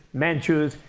manchus,